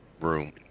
room